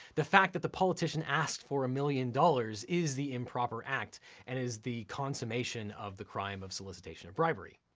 the fact that the politician asked for a million dollars is the improper act and is the consummation of the crime of solicitation of bribery.